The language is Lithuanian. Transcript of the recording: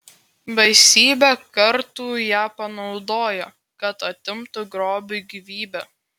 baisybę kartų ją panaudojo kad atimtų grobiui gyvybę